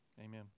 amen